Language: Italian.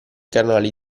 canali